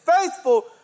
faithful